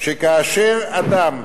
שכאשר אדם,